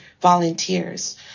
volunteers